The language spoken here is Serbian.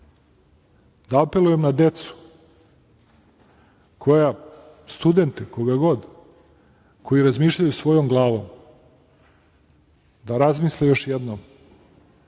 da apelujem na decu, studente, koga god, koji razmišljaju svojom glavom da razmisle još jednom,